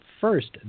first